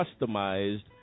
customized